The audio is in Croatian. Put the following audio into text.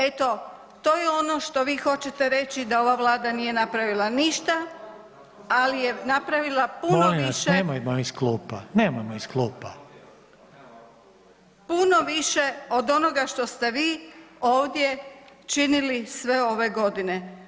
Eto to je ono što vi hoćete reći da ova Vlada nije napravila ništa, ali je napravila puno više [[Upadica: Molim vas nemojmo iz klupa, nemojmo iz klupa.]] puno više od onoga što ste vi ovdje činili sve ove godine.